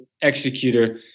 executor